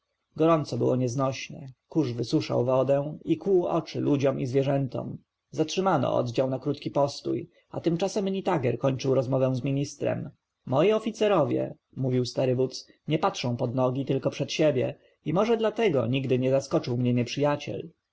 gorąco było nieznośne kurz wysuszał wargi i kłuł oczy ludziom i zwierzętom zatrzymano oddział na krótki postój a tymczasem nitager kończył rozmowę z ministrem moi oficerowie mówił stary wódz nie patrzą pod nogi tylko przed siebie i może dlatego nigdy nie zaskoczył mnie nieprzyjaciel